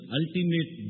ultimate